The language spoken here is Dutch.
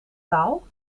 taal